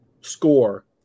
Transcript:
score